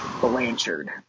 Blanchard